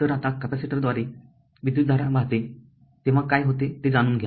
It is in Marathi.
तर आता कॅपॅसिटरद्वारे विद्युतधारा वाहते तेव्हा काय होते ते जाणून घ्या